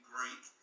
Greek